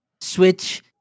switch